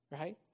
right